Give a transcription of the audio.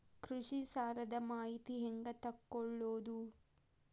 ಕೃಷಿ ಸಾಲದ ಮಾಹಿತಿ ಹೆಂಗ್ ತಿಳ್ಕೊಳ್ಳೋದು?